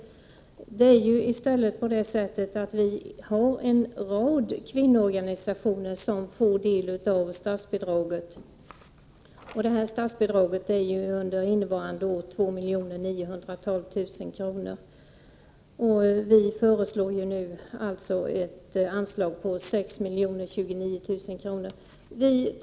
Det är ju en rad kvinnoorganisationer som får del av statsbidraget, som under innevarande år är 2 912 000 kr. Vi föreslår alltså ett anslag på 6 029 000 kr.